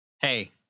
hey